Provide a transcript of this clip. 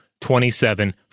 twenty-seven